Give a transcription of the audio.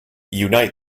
unite